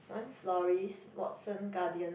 one florist Watson Guardian